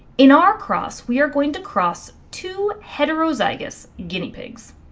in our cross, we are going to cross two heterozygous guinea pigs.